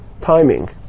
timing